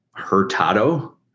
hurtado